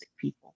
people